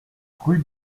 rue